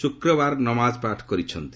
ଶୁକ୍ରବାର ନମାଜ ପାଠ କରିଛନ୍ତି